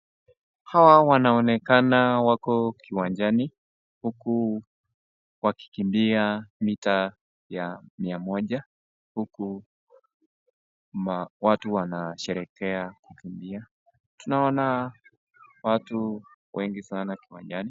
Hawa wanaonekana wako kiwanjani huku wakikimbia mita ya mia moja huku watu wanasherehekea kukimbia. Tunaona watu wengi kiwanjani.